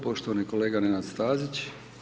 Poštovani kolega Nenad Stazić.